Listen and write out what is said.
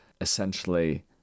essentially